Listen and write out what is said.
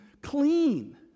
clean